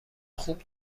خوب